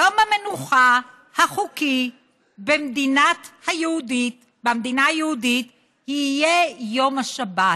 יום המנוחה החוקי במדינה היהודית יהיה יום השבת.